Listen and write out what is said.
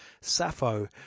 Sappho